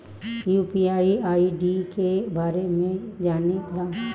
UPI ID के बारे में का जाने ल?